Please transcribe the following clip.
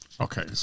okay